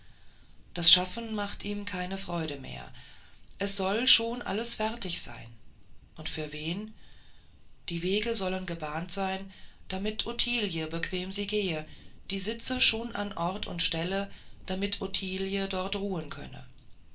das schaffen macht ihm keine freude mehr es soll schon alles fertig sein und für wen die wege sollen gebahnt sein damit ottilie bequem sie gehen die sitze schon an ort und stelle damit ottilie dort ruhen könne